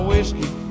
whiskey